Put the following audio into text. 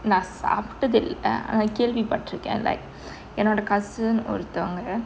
நான் சாப்பிட்டதில்லை அனால் கேள்விப்பட்டிருக்கேன்:naan saptathille aana kelvipattirukken like என்னோட:ennoda cousin ஒருத்தவங்க:orutthavanaga